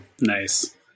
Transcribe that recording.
Nice